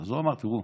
אז הוא אמר: תראו,